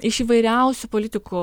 iš įvairiausių politikų